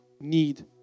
need